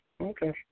Okay